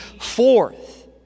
forth